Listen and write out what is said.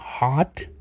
hot